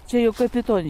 čia jau kapitoni